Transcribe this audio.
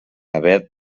haver